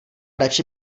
radši